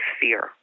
fear